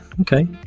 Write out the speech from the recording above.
okay